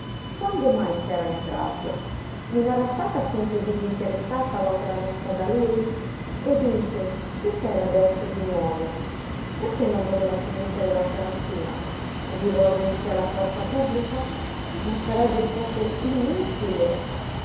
quando mai c'era entrato non era stata sempre disinteressata l'opera messa da lui e dunque che c'era adesso di nuovo perché non voleva più mettere l'opera sua rivolgersi alla forza pubblica ma sarebbe stato inutile